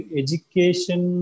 education